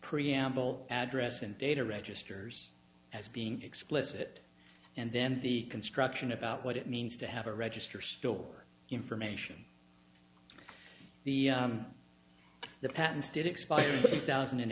preamble address and data registers as being explicit and then the construction about what it means to have a register still for information the the patents did expire in two thousand and